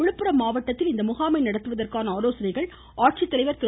விழுப்புரம் மாவட்டத்தில் இந்த முகாமை நடத்துவதற்கான ஆலோசனைகள் ஆட்சித்தலைவர் திரு